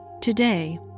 Today